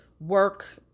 work